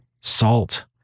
salt